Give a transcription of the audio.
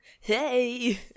hey